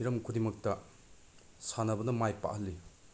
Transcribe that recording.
ꯍꯤꯔꯝ ꯈꯨꯗꯤꯡꯃꯛꯇ ꯁꯥꯟꯅꯕꯅ ꯃꯥꯏ ꯄꯥꯛꯍꯜꯂꯤ